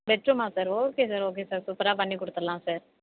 bed ரூமா sir okay sir okay sir சூப்பராக பண்ணி கொடுத்தலாம் சார்